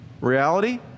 reality